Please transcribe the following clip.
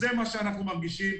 זה מה שאנחנו מרגישים.